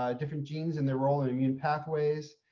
ah different genes and their role in immune pathways.